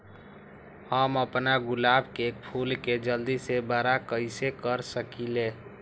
हम अपना गुलाब के फूल के जल्दी से बारा कईसे कर सकिंले?